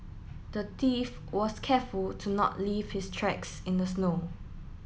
the thief was careful to not leave his tracks in the snow